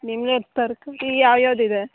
ತರಕಾರಿ ಯಾವ ಯಾವ್ದು ಇದೆ